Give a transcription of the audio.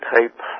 type